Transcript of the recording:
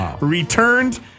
returned